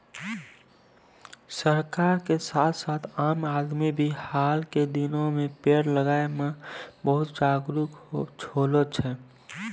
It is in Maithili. सरकार के साथ साथ आम आदमी भी हाल के दिनों मॅ पेड़ लगाय मॅ बहुत जागरूक होलो छै